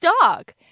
dog